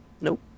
Nope